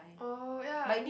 oh ya